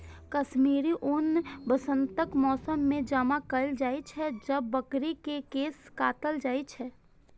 कश्मीरी ऊन वसंतक मौसम मे जमा कैल जाइ छै, जब बकरी के केश काटल जाइ छै